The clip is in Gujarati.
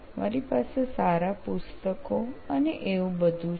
મારી પાસે સારા પુસ્તકો અને એવું બધું છે